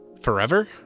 forever